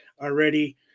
already